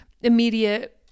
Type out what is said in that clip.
immediate